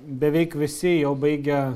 beveik visi jau baigia